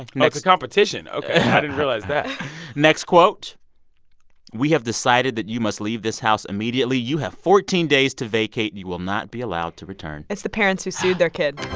it's a competition. ok. i didn't realize that next quote we have decided that you must leave this house immediately. you have fourteen days to vacate. you will not be allowed to return. it's the parents who sued their kid